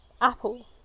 apple